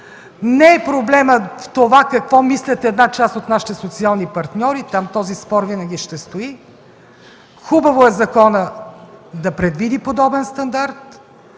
Не е проблемът в това какво мислят една част от нашите социални партньори – там този спор винаги ще стои. Хубаво е законът да предвиди подобен стандарт.